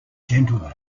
gentlemen